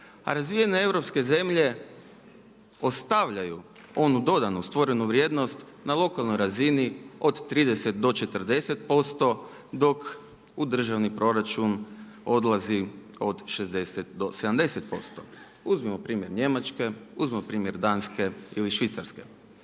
a razvijene europske zemlje ostavljaju onu dodanu stvorenu vrijednost na lokalnoj razini od 30 do 40% dok u državni proračun odlazi od 60 do 70%. Uzmimo primjer Njemačke, uzmimo primjer Danske ili Švicarske.